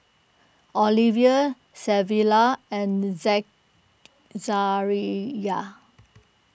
Olivia Savilla and Zachariah